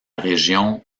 région